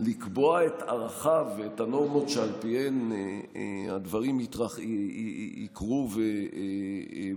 לקבוע את ערכיו ואת הנורמות שעל פיהן הדברים יקרו ויחייבו,